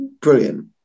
brilliant